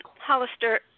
Hollister